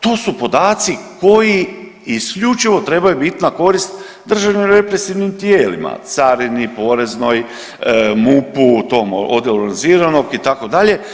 To su podaci koji isključivo trebaju bit na korist državnim represivnim tijelima carini, poreznoj, MUP-u, tom odjelu organiziranog itd.